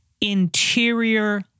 interior